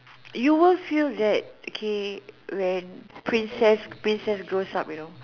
you will feel that okay when princess when princess grows up you know